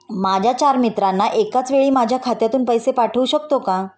माझ्या चार मित्रांना एकाचवेळी माझ्या खात्यातून पैसे पाठवू शकतो का?